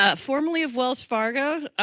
ah formerly of wells fargo,